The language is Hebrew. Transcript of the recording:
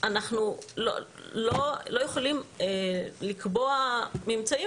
אנחנו לא יכולים לקבוע ממצאים,